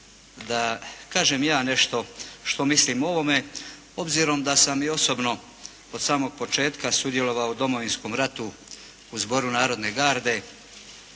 da kažem i ja nešto što mislim o ovome, obzirom da sam i osobno od samog početka sudjelovao u Domovinskom ratu u Zboru narodne garde